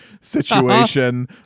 situation